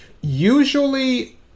usually